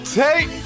take